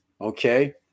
Okay